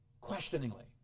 questioningly